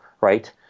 right